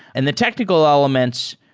and the technical elements,